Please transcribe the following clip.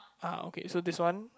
ah okay so this one